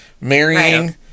marrying